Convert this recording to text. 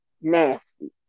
nasty